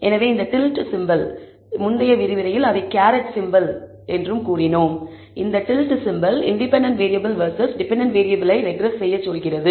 எனவே tilde symbol independent variable versus dependent வேறியபிளை regress செய்யச் சொல்கிறது